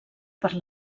per